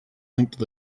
linked